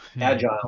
Agile